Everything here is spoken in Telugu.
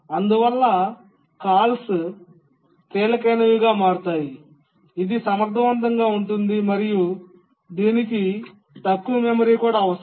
అందువల్ల కాల్స్ తేలికైనవిగా మారతాయి ఇది సమర్థవంతంగా ఉంటుంది మరియు దీనికి తక్కువ మెమరీ కూడా అవసరం